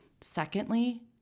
Secondly